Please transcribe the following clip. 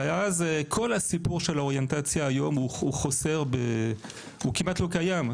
כל הסיפור של האוריינטציה היום הוא כמעט לא קיים.